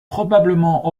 probablement